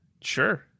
Sure